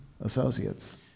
associates